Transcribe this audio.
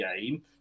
game